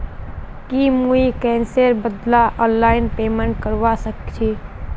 की मुई कैशेर बदला ऑनलाइन पेमेंट करवा सकेछी